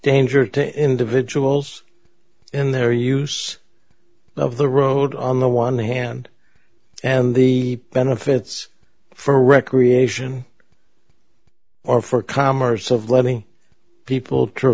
danger to individuals in their use of the road on the one hand and the benefits for recreation or for commerce of letting people